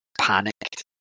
panicked